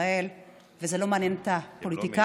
ישראל וזה לא מעניין את הפוליטיקאים,